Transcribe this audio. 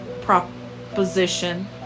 proposition